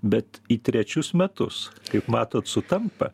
bet į trečius metus kaip matot sutampa